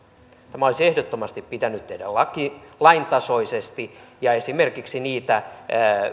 tämä olisi ehdottomasti pitänyt tehdä laintasoisesti ja esimerkiksi niitä